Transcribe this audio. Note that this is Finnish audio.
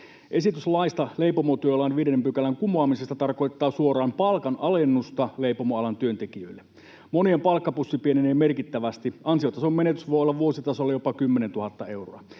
Esitys laista leipomotyölain 5 §:n kumoamisesta tarkoittaa suoraan palkanalennusta leipomoalan työntekijöille. Monien palkkapussi pienenee merkittävästi. Ansiotason menetys voi olla vuositasolla jopa 10 000 euroa.